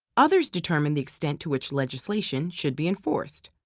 others determine the extent to which legislation should be enforced.